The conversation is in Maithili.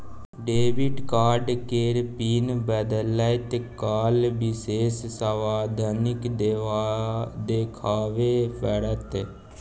डेबिट कार्ड केर पिन बदलैत काल विशेष सावाधनी देखाबे पड़त